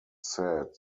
said